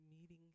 meeting